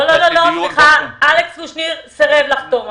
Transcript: לא, לא, לא, סליחה, אלכס קושניר סרב לחתום עליו.